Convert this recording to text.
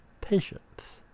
patience